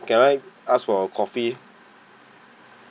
can I ask for a coffee